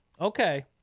okay